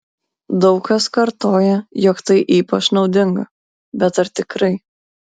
daug kas kartoja jog tai ypač naudinga bet ar tikrai